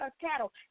cattle